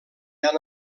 han